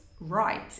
right